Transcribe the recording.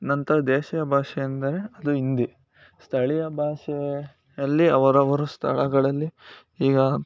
ನಂತರ ದೇಶೀಯ ಭಾಷೆ ಎಂದರೆ ಅದು ಹಿಂದಿ ಸ್ಥಳೀಯ ಭಾಷೆ ಅಲ್ಲಿ ಅವರವರ ಸ್ಥಳಗಳಲ್ಲಿ ಈಗ